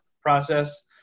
process